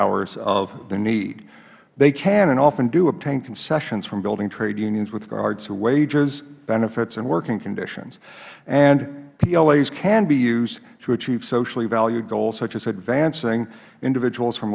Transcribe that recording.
hours of the need they can and often do obtain concessions from building trade unions with regard to wages benefits and working conditions and plas can be used to achieve socially valued goals such as advancing individuals from